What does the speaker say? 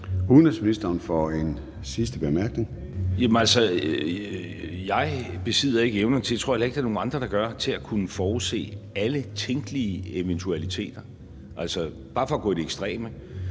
Udenrigsministeren (Lars Løkke Rasmussen): Jeg besidder ikke evnen, og det tror jeg heller ikke der er nogen andre der gør, til at kunne forudse alle tænkelige eventualiteter. Bare for at gå i det ekstreme: